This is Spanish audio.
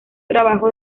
trabajo